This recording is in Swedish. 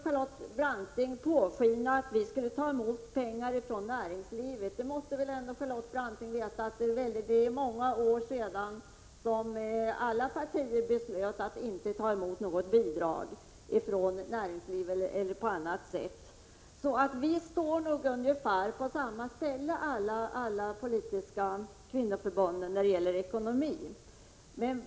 Charlotte Branting låter påskina att vi skulle ta emot pengar från näringslivet. Charlotte Branting måtte väl veta att det är många år sedan alla partier beslöt att inte ta emot något bidrag från näringslivet eller andra. Alla politiska kvinnoförbund står nog på ungefär samma nivå när det gäller ekonomin.